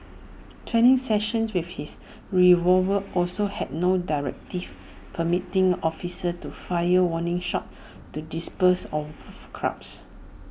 training sessions with his revolver also had no directive permitting officers to fire warning shots to disperse of crowds